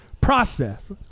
process